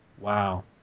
Wow